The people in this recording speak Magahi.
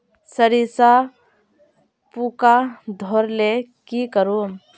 सरिसा पूका धोर ले की करूम?